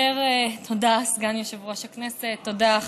סגן יושב-ראש הכנסת, תודה.